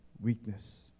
weakness